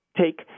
take